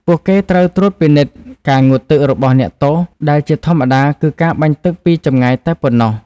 ពួកគេត្រូវត្រួតពិនិត្យការងូតទឹករបស់អ្នកទោស ដែលជាធម្មតាគឺការបាញ់ទឹកពីចម្ងាយតែប៉ុណ្ណោះ។